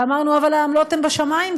ואמרנו: אבל העמלות הן בשמים,